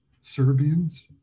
Serbians